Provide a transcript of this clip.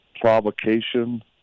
provocation